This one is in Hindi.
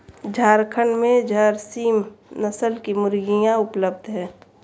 झारखण्ड में झारसीम नस्ल की मुर्गियाँ उपलब्ध है